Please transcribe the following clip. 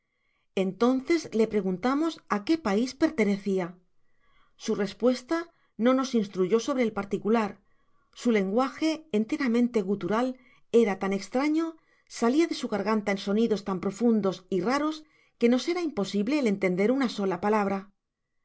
entonces le preguntamos á que pais pertenecía su respuesta no nos instrayó sobre el particular su lenguaje enteramente gutural era tan estraño salia de su garganta en sonidos tan profundos y raros que nos era imposible el entender una sola palabra